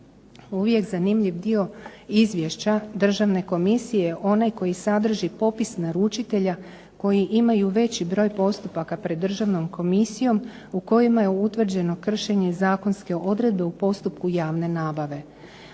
Uvijek zanimljiv dio Izvješća Državne komisije onaj koji sadrži popis naručitelja koji imaju veći broj postupaka pred Državnom komisijom u kojima je utvrđeno kršenje zakonske odredbe u postupku javne nabave.